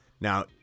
Now